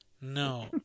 No